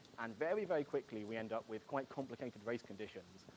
and very very quickly, we end up with quite complicated raise conditions,